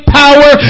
power